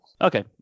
Okay